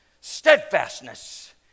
steadfastness